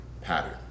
pattern